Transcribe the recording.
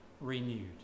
renewed